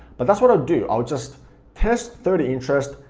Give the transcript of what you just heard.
but that's what i'd do, i would just test thirty interests,